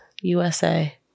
USA